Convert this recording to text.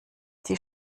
die